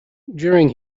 during